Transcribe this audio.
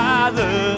Father